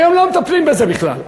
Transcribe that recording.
היום לא מטפלים בזה בכלל.